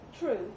True